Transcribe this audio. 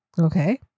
Okay